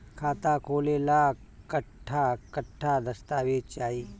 खाता खोले ला कट्ठा कट्ठा दस्तावेज चाहीं?